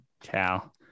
Cow